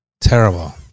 terrible